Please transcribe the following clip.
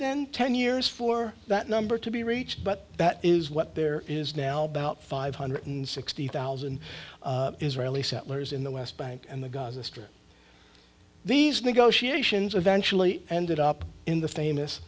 than ten years for that number to be reached but that is what there is now about five hundred sixty thousand israeli settlers in the west bank and the gaza strip these negotiations eventually ended up in the famous